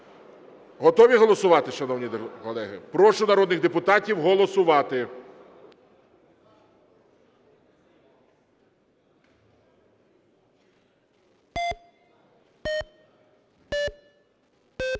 Готові голосувати, шановні колеги? Прошу народних депутатів голосувати.